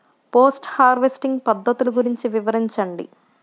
Post harvesting పద్ధతులు గురించి వివరించండి?